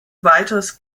weiteres